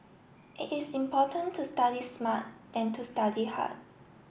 it is important to study smart than to study hard